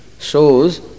shows